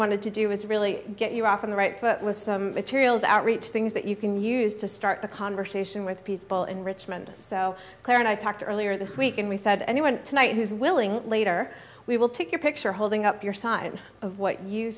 wanted to do is really get you off on the right material is outreach things that you can use to start the conversation with people in richmond so claire and i talked earlier this week and we said anyone tonight who's willing later we will take your picture holding up your side of what you